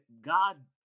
God